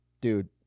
dude